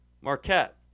marquette